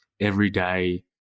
everyday